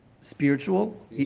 Spiritual